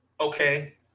okay